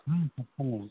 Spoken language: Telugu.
తప్పకుండా అండి